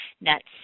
nuts